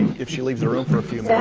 if she leaves the room for a few